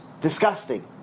disgusting